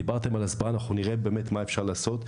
דיברתם על הסברה, ואנחנו נראה מה אפשר לעשות.